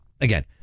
again